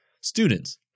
students